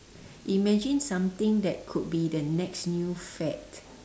imagine something that could be the next new fad